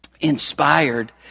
inspired